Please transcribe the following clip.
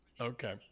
Okay